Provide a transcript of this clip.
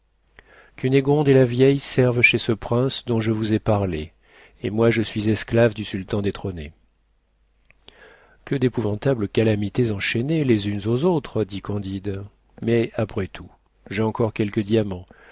cunégonde et la vieille servent chez ce prince dont je vous ai parlé et moi je suis esclave du sultan détrôné que d'épouvantables calamités enchaînées les unes aux autres dit candide mais après tout j'ai encore quelques diamants